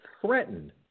threatened